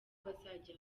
bazajya